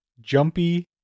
Jumpy